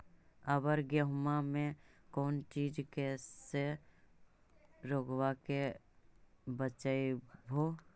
अबर गेहुमा मे कौन चीज के से रोग्बा के बचयभो?